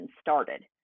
started